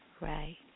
Right